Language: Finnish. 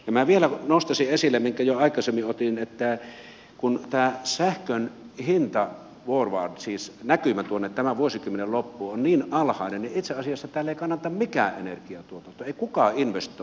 minä vielä nostaisin esille minkä jo aikaisemmin otin että kun tämä sähkön forward hinta siis näkymä tuonne tämän vuosikymmenen loppuun on niin alhainen niin itse asiassa täällä ei kannata mikään energiantuotanto ei kukaan investoi